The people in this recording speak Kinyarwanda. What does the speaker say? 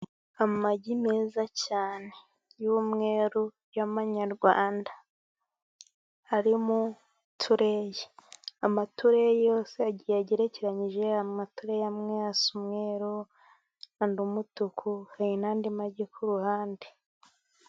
Amagi meza cyane y'umweru y'amanyarwanda ari mu itureyi. Amatureyi yose agerekeranyije, amatureyi amwe asa umweru, andi umutuku, hari n'andi magi ku ruhande.